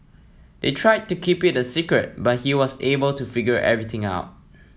they tried to keep it a secret but he was able to figure everything out